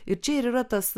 ir čia ir yra tas